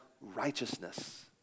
righteousness